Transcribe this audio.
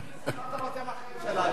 לא זוכר את היום החשוב הזה?